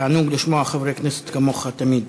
תענוג לשמוע חברי כנסת כמוך, תמיד.